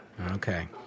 Okay